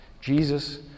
Jesus